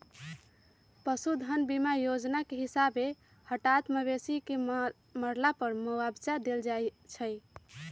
पशु धन बीमा जोजना के हिसाबे हटात मवेशी के मरला पर मुआवजा देल जाइ छइ